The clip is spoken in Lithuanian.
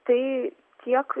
tai tiek